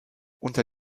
unter